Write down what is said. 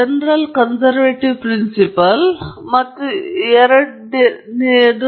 ನಾನು ಮೊದಲೇ ಹೇಳಿದಂತೆ ಇದು ಮೊದಲ ತತ್ವಗಳ ಮಾದರಿಯಾಗಿದೆ